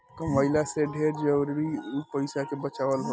कमइला से ढेर जरुरी उ पईसा के बचावल हअ